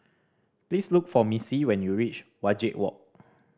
please look for Missie when you reach Wajek Walk